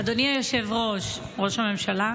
אדוני היושב-ראש, ראש הממשלה,